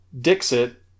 Dixit